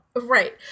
Right